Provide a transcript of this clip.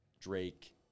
Drake